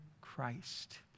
Christ